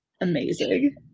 amazing